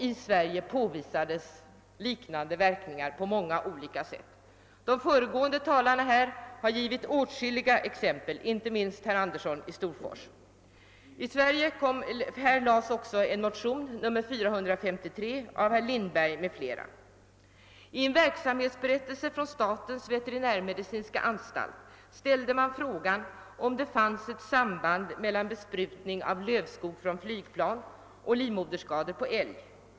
I Sverige påvisades liknande verkningar på många olika sätt. De föregående talarna har här givit åtskilliga exempel, inte minst herr Andersson i Storfors. I Sverige lades det fram en motion, nr 453 av herr Lindberg m.fl. I en verksamhetsberättelse ställde statens veterinärmedicinska anstalt frågan, om det finns ett samband mellan besprutning av lövskog från flygplan och livmoderskador på älg.